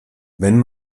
wenn